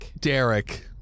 Derek